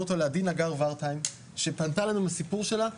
אותו לעדי ורטהיים שפנתה אלינו עם הסיפור שלה.